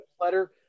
letter